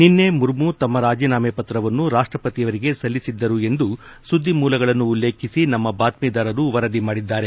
ನಿನ್ನೆ ಮುರ್ಮು ತಮ್ಮ ರಾಜೀನಾಮೆ ಪತ್ರವನ್ನು ರಾಷ್ಟಪತಿಯವರಿಗೆ ಸಲ್ಲಿಸಿದ್ದರು ಎಂದು ಸುದ್ದಿ ಮೂಲಗಳನ್ನು ಉಲ್ಲೇಖಿಸಿ ನಮ್ಮ ಬಾತ್ಮೀದಾರರು ವರದಿ ಮಾಡಿದ್ದಾರೆ